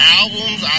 albums